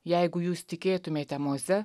jeigu jūs tikėtumėte moze